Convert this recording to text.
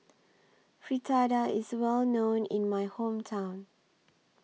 Fritada IS Well known in My Hometown